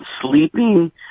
sleeping